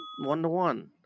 one-to-one